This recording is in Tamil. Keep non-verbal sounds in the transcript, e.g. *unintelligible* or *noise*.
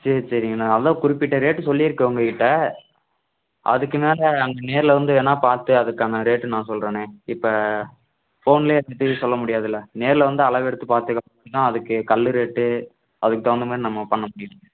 சரி சரிங்க நான் அதுதான் குறிப்பிட்ட ரேட்டு சொல்லிருக்கேன் உங்ககிட்டே அதுக்கு மேலே அங்கே நேரில் வந்து வேணால் பார்த்து அதுக்கான ரேட்டு நான் சொல்லறேன்னே இப்போ ஃபோன்லேயே டீடெயில்ஸ் சொல்ல முடியாதுல்ல நேரில் வந்தால் அளவெடுத்து பார்த்து *unintelligible* அதுக்கு கல்லு ரேட்டு அதுக்கு தகுந்தமாதிரி நம்ம பண்ண முடியும்